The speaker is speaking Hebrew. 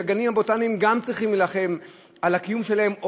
כשהגנים הבוטניים גם צריכים להילחם על הקיום שלהם,